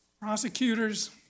Prosecutors